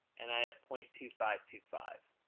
and i have point two five two five.